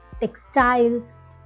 textiles